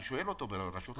אני שואל אותו, ברשות החברות.